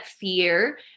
fear